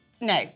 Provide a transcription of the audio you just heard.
No